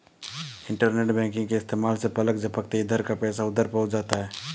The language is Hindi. इन्टरनेट बैंकिंग के इस्तेमाल से पलक झपकते इधर का पैसा उधर पहुँच जाता है